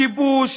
כיבוש,